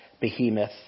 behemoth